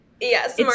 Yes